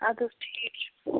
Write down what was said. اَدٕ حظ ٹھیٖک چھُ